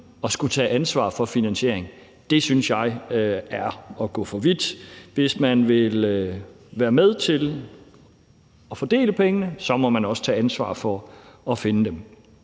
at skulle tage ansvar for finansieringen, synes jeg er at gå for vidt. Hvis man vil være med til at fordele pengene, må man også tage ansvar for at finde dem.